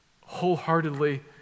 wholeheartedly